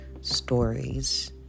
Stories